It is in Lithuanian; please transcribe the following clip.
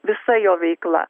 visa jo veikla